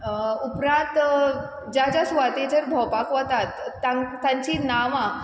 उपरात ज्या ज्या सुवातेचेर भोंवपाक वतात तां तांचीं नांवां